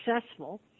successful